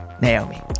Naomi